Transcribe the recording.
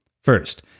First